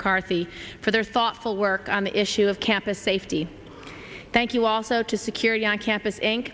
mccarthy for their thoughtful work on the issue of campus safety thank you also to security on campus inc